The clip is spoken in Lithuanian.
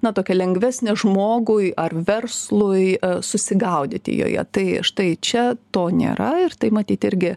na tokią lengvesnę žmogui ar verslui susigaudyti joje tai štai čia to nėra ir tai matyt irgi